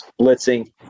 blitzing